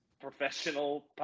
Professional